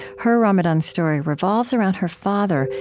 her ramadan story revolves around her father,